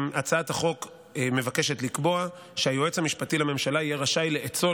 הצעת החוק מבקשת לקבוע שהיועץ המשפטי לממשלה יהיה רשאי לאצול